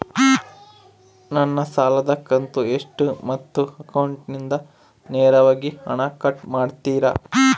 ನನ್ನ ಸಾಲದ ಕಂತು ಎಷ್ಟು ಮತ್ತು ಅಕೌಂಟಿಂದ ನೇರವಾಗಿ ಹಣ ಕಟ್ ಮಾಡ್ತಿರಾ?